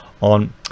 on